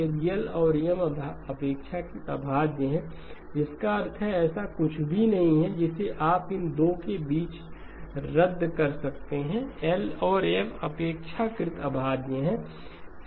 यदि L और M अपेक्षाकृत अभाज्य हैं जिसका अर्थ है कि ऐसा कुछ भी नहीं है जिसे आप इन दो के बीच रद्द कर सकते हैं L और M अपेक्षाकृत अभाज्य हैं